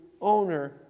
owner